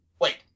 Wait